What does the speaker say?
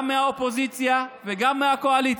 גם מהאופוזיציה וגם מהקואליציה.